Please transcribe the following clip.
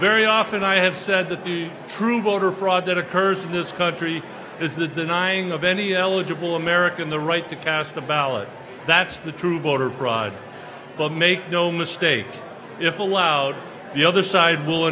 very often i have said that the true voter fraud that occurs in this country is the denying of any eligible american the right to cast the ballot that's the true voter fraud but make no mistake if allowed the other side will